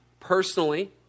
personally